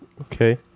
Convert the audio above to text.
Okay